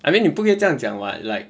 I mean 你不可以这样讲 [what] like